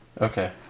Okay